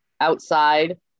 outside